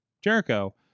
Jericho